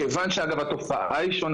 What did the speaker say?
כיוון שאגב התופעה היא שונה,